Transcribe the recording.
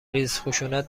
ریزخشونت